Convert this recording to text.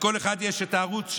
לכל אחד יש את הערוץ שלו,